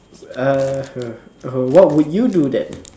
err what would you do then